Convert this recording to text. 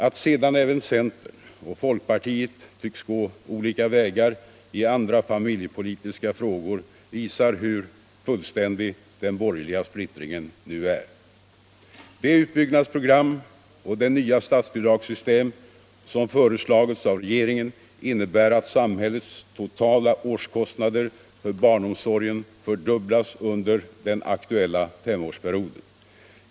Att sedan även centern och folkpartiet tycks gå olika vägar I andra familjepolitiska frågor visar hur fullständig den borgerliga splittringen nu är. Det utbyggnadsprogram och det nya statsbidragssystem som föreslagits av regeringen innebär att samhällets totala årskostnader för barnomsorgen fördubblas under den aktuella temårsperioden.